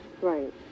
Right